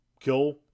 kill